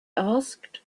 asked